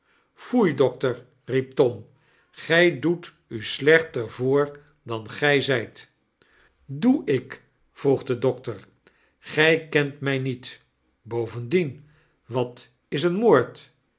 foei dokter riep tom gy doet uslechter voor dan gy zyt doe ik vroeg de dokter gij kent my niet bovendien wat is een moord